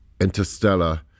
Interstellar